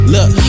Look